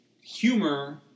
humor